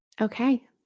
Okay